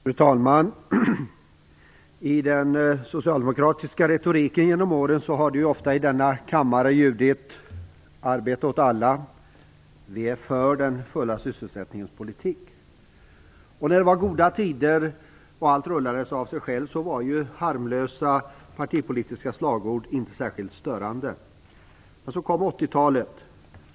Fru talman! I den socialdemokratiska retoriken genom åren har det ofta i denna kammare ljudit: Arbete åt alla. Vi är för den fulla sysselsättningens politik. Då det var goda tider och allt rullade av sig självt var harmlösa partipolitiska slagord inte särskilt störande. Men så kom 80-talet.